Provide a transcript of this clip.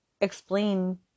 explain